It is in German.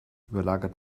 überlagert